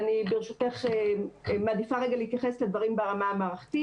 אני ברשותך מעדיפה רגע להתייחס לדברים ברמה המערכתית.